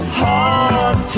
hard